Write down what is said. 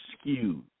skewed